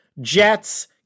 Jets